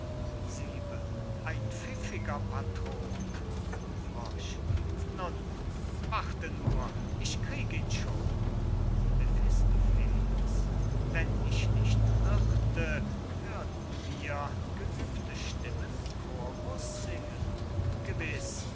ein pfiffiger patron nun warte nur ich krieg ihn schon mephistopheles wenn ich nicht irrte hörten wir geübte stimmen chorus singen gewiß